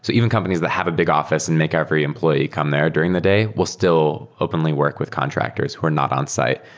so even companies that have a big offi ce and make every employee come there during the day will still openly work with contractors who are not onsite.